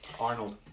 Arnold